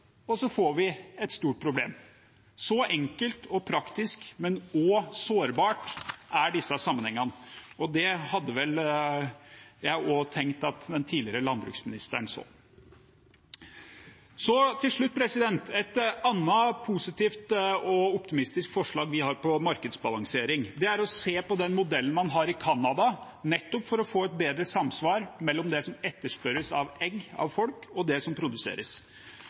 og så får vi et stort problem. Så enkelt og praktisk, men også sårbart er forholdet i disse sammenhengene, og det hadde jeg vel tenkt at den tidligere landbruksministeren så. Til slutt et annet positivt og optimistisk forslag vi har til markedsbalansering: Det er å se på den modellen man har i Canada, nettopp for å få et bedre samsvar mellom det som etterspørres av egg blant folk, og det som produseres.